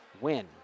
win